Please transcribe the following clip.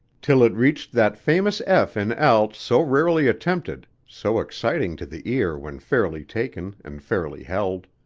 till it reached that famous f in alt so rarely attempted, so exciting to the ear when fairly taken and fairly held.